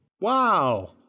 Wow